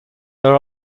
there